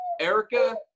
erica